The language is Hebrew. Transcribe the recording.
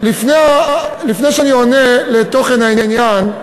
לפני שאני עונה לתוכן העניין,